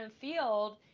field